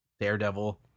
Daredevil